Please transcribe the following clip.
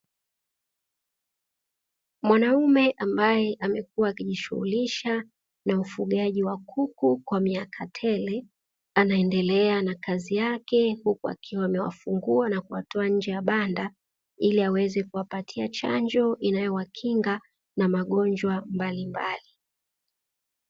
Mwanaume ambaye amekuwa akijishughulisha na ufugaji wa kuku kwa miaka tele, anaendelea na kazi yake huku akiwa amewafungua na kuwatoa nje banda ili aweze kuwapatia chanjo inayowakinga magonjwa mbalimbali.